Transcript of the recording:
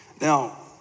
Now